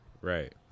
Right